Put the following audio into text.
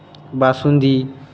basundi